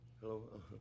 hello